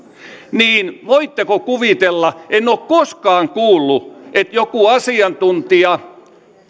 voitteko kuvitella en ole koskaan kuullut että joku asiantuntija